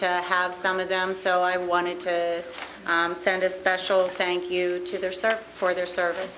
to have some of them so i wanted to send a special thank you to their sorrow for their service